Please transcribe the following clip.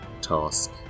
task